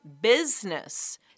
business